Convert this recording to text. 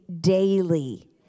daily